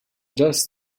just